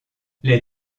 les